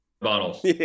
bottles